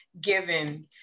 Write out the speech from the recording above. given